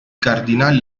cardinali